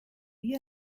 wie